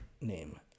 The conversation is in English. name